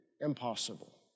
impossible